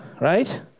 right